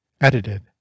edited